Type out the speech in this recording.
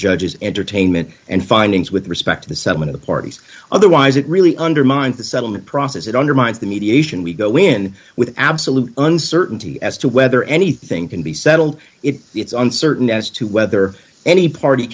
judge's entertainment and findings with respect to some of the parties otherwise it really undermines the settlement process that undermines the mediation we go in with absolute uncertainty as to whether anything can be settled it it's uncertain as to whether any party